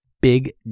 Big